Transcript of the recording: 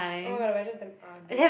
oh my god the wedges damn ugly